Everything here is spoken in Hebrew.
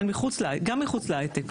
אבל גם מחוץ להיי-טק,